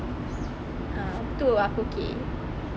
ah tu aku okay